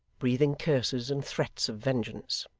breathing curses and threats of vengeance.